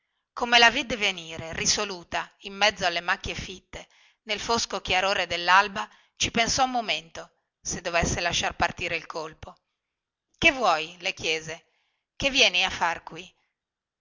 come la vide venire risoluta in mezzo alle macchie dei fichidindia nei fosco chiarore dellalba ci pensò un momento se dovesse lasciare partire il colpo che vuoi le chiese che vieni a far qui